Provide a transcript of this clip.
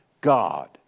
God